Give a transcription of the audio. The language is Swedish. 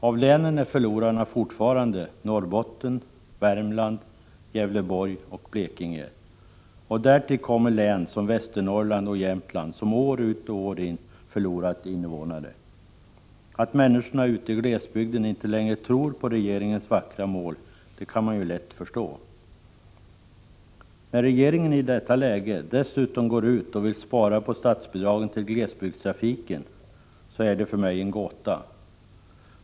Av länen är förlorarna fortfarande Norrbotten, Värmland, Gävleborg och Blekinge. Därtill kommer län som Västernorrland och Jämtland, som år ut och år in förlorat invånare. Att människorna ute i glesbygden inte längre tror på regeringens vackra mål kan man lätt förstå. När regeringen i detta läge dessutom går ut och vill spara på statsbidragen till glesbygdstrafiken, är det för mig en gåta.